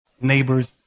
Neighbors